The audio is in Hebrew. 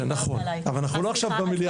זה נכון, אבל אנחנו לא במליאת הכנסת.